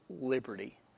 liberty